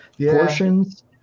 portions